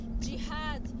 jihad